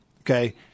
Okay